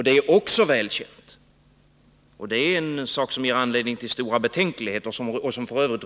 Dét är också väl känt — det är en sak som ger anledning till stora betänkligheter och som f.ö.